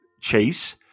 Chase